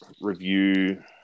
review